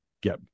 get